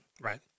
Right